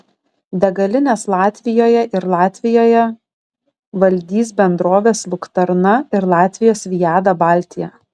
degalinės latvijoje ir latvijoje valdys bendrovės luktarna ir latvijos viada baltija